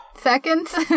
seconds